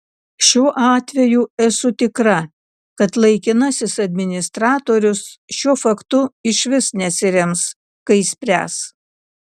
šiuo atveju esu tikra kad laikinasis administratorius šiuo faktu išvis nesirems kai spręs